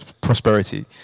prosperity